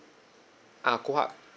ah goldheart